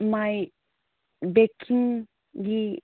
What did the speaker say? ꯃꯥꯏ ꯕꯦꯀꯔꯤꯒꯤ